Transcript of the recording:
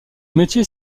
métier